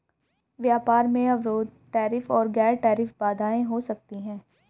व्यापार में अवरोध टैरिफ और गैर टैरिफ बाधाएं हो सकती हैं